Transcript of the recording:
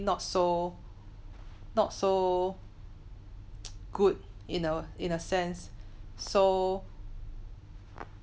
not so not so good you know in a sense so